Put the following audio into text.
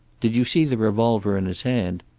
did you see the revolver in his hand?